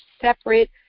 separate